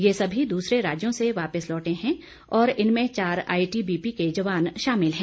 ये सभी दूसरे राज्यों से वापिस लौटे हैं और इनमें चार आईटीबीपी के जवान शामिल हैं